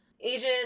Agent